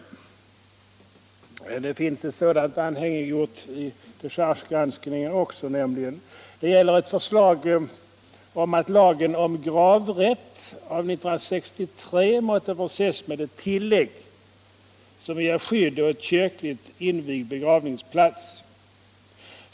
Det finns nämligen också ett sådant anhängiggjort i dechargegranskningen. Det gäller ett förslag om att lagen om gravrätt av 1963 måtte förses med ett tillägg som ger skydd åt kyrkligt invigd begravningsplats.